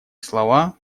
слова